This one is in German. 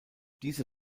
diese